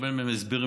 לקבל מהם הסברים,